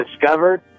discovered